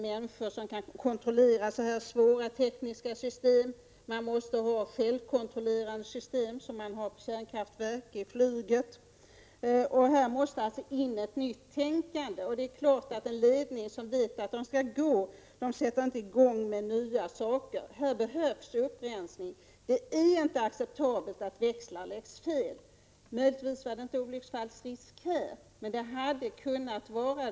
Människor kan inte kontrollera så här svåra tekniska system, utan man måste ha självkontrollerande system som på kärnkraftverk och vid flyget. Här måste alltså in ett nytt tänkande. Det är klart att en ledning som vet att den skall gå inte sätter i gång med nya saker. Det behövs en upprensning. Det är inte acceptabelt att växlar läggs fel. Möjligtvis var det ingen olycksfallsrisk i det fall som här nämnts, men det hade kunnat vara det.